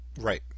Right